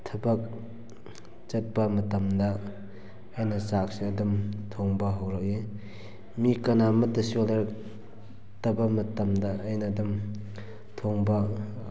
ꯊꯕꯛ ꯆꯠꯄ ꯃꯇꯝꯗ ꯑꯩꯅ ꯆꯥꯛꯁꯦ ꯑꯗꯨꯝ ꯊꯣꯡꯕ ꯍꯧꯔꯛꯏ ꯃꯤ ꯀꯅꯥ ꯑꯃꯇꯁꯨ ꯇꯕ ꯃꯇꯝꯗ ꯑꯩꯅ ꯑꯗꯨꯝ ꯊꯣꯡꯕ